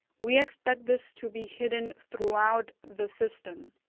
we expect this to be hidden throughout the system.